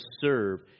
serve